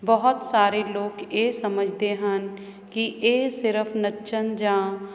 ਬਹੁਤ ਸਾਰੇ ਲੋਕ ਇਹ ਸਮਝਦੇ ਹਨ ਕਿ ਇਹ ਸਿਰਫ਼ ਨੱਚਣ ਜਾਂ